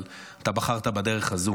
אתה בחרת בדרך הזו,